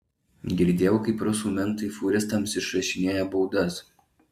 girdėjau kaip rusų mentai fūristams išrašinėja baudas